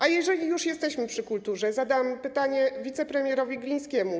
A jeżeli już jesteśmy przy kulturze, zadam pytanie wicepremierowi Glińskiemu.